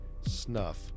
snuff